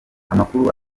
amakuru